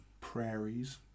prairies